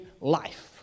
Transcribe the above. life